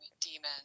demons